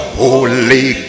holy